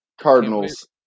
Cardinals